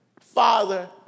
Father